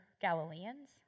Galileans